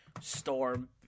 Storm